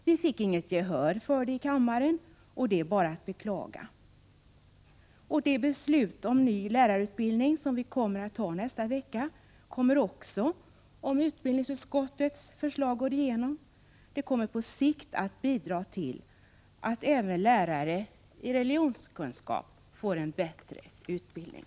Vi fick inget gehör för förslaget i kammaren; det är bara att beklaga. Det beslut om ny lärarutbildning som vi skall ta nästa vecka kommer — om utbildningsutskottets förslag går igenom — på sikt att bidra till att även lärare i religionskunskap får bättre utbildning.